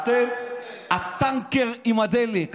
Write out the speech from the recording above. אתם הטנקר עם הדלק.